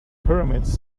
pyramids